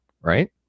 right